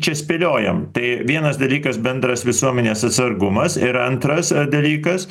čia spėliojam tai vienas dalykas bendras visuomenės atsargumas ir antras dalykas